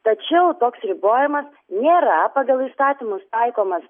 tačiau toks ribojimas nėra pagal įstatymus taikomas